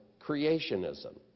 creationism